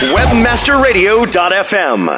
Webmasterradio.fm